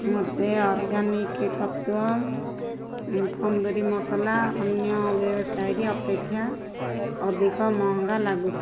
ମୋତେ ଅର୍ଗାନିକ୍ ତତ୍ତ୍ଵ ତନ୍ଦୁରି ମସଲା ଅନ୍ୟ ୱେବ୍ସାଇଟ୍ ଅପେକ୍ଷା ଅଧିକ ମହଙ୍ଗା ଲାଗୁଛି